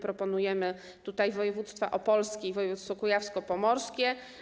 Proponujemy województwo opolskie i województwo kujawsko-pomorskie.